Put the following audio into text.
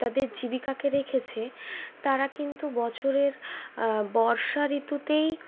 তাদের জীবিকাকে রেখেছে তারা কিন্তু বছরের বর্ষা ঋতুতেই